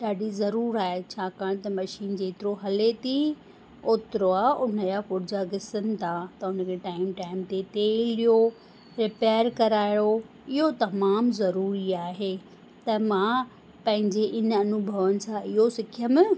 ॾाढी ज़रूर आहे छाकाणि त मशीन जेतिरो हले थी ओतिरो आहे उन जा पुर्ज़ा घिसनि था त उन खे टाइम टाइम तेलु ॾियो रिपेयर करायो इहो तमामु ज़रूरी आहे त मां पंहिंजे इन अनुभवनि सां इहो सिखयमि